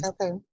Okay